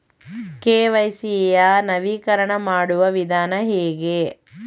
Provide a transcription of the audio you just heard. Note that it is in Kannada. ಕೆ.ವೈ.ಸಿ ಯ ನವೀಕರಣ ಮಾಡುವ ವಿಧಾನ ಹೇಗೆ?